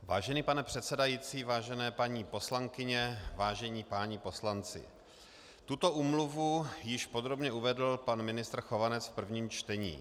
Vážený pane předsedající, vážené paní poslankyně, vážení páni poslanci, tuto úmluvu již podrobně uvedl pan ministr Chovanec v prvním čtení.